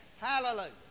Hallelujah